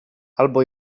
albo